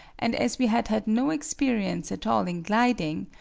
and as we had had no experience at all in gliding,